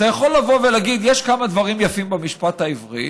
אתה יכול לבוא ולהגיד: יש כמה דברים יפים במשפט העברי,